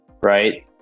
right